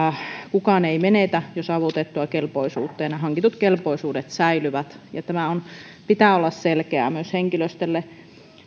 kukaan ei menetä jo saavutettua kelpoisuutta ja ne hankitut kelpoisuudet säilyvät tämän pitää olla selkeää myös henkilöstölle